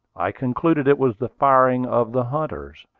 i concluded it was the firing of the hunters.